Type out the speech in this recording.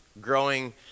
growing